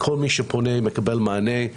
כל מי שפונה מקבל מענה.